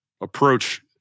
approach